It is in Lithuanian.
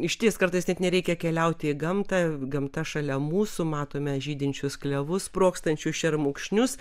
išties kartais net nereikia keliauti į gamtą gamta šalia mūsų matome žydinčius klevus sprogstančių šermukšnius